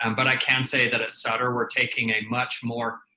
and but i can say that at sutter we're taking a much more